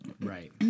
Right